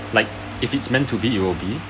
like if it's meant to be it will be